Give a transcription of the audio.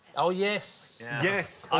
oh, yes yes